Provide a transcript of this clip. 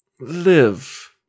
live